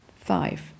Five